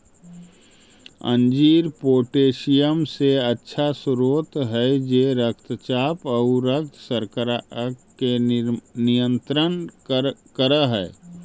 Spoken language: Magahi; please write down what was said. अंजीर पोटेशियम के अच्छा स्रोत हई जे रक्तचाप आउ रक्त शर्करा के नियंत्रित कर हई